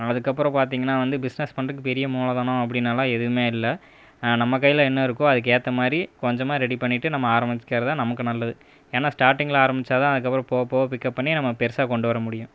அதுக்கு அப்புறம் பார்த்திங்கன்னா வந்து பிசினெஸ் பண்ணுறதுக்கு பெரிய மூலதனம் அப்படின்னு எல்லாம் எதுவுமே இல்லை நம்ப கையில் என்ன இருக்கோ அதுக்கு ஏற்றமாரி கொஞ்சமாக ரெடி பண்ணிவிட்டு நம்ப ஆரமிக்கிறதுதான் நமக்கு நல்லது ஏன்னா ஸ்ட்ராடிங்கில் ஆரமிச்சாதான் அதுக்கப்புறோம் போக போக பிக்கப் பண்ணி நம்ப பெருசாக கொண்டு வர முடியும்